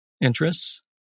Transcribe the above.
interests